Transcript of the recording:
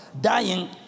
dying